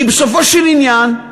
כי בסופו של עניין,